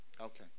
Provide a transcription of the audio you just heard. Okay